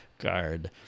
guard